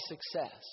success